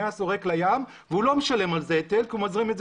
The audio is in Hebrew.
ומהסורק לים והוא לא משלם על זה היטל כי הוא מזרים את זה